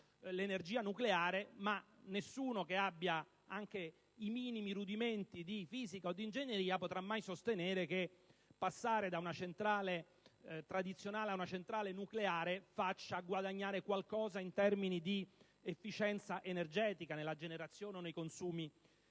l'energia nucleare, ma nessuno che abbia anche i minimi rudimenti di ingegneria potrà mai sostenere che passare da una centrale tradizionale a una nucleare faccia guadagnare qualcosa in termini di efficienza energetica nella generazione o nei consumi